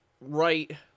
right